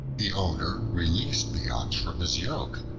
the owner released the ox from his yoke,